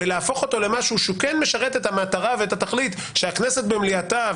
ולהפוך אותו למשהו שהוא כן משרת את המטרה ואת התכלית שהכנסת במליאתה,